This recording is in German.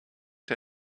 der